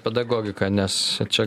pedagogika nes čia